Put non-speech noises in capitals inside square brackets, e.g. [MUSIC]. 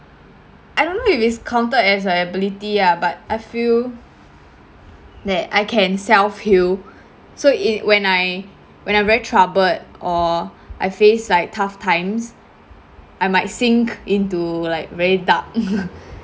I don't know if it's counted as a ability ah but I feel that I can self heal so it when I when I very troubled or I face like tough times I might sink into like very dark [LAUGHS]